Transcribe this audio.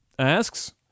Asks